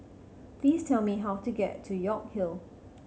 please tell me how to get to York Hill